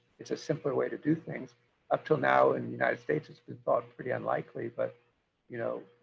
it's a simpler way to do things up till now. in the united states, it's been thought pretty unlikely, but you know